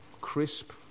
crisp